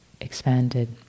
expanded